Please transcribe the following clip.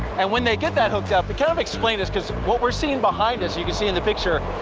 and when they get that hooked up kind of explain this cause what we're seeing behind us, you can see in the picture,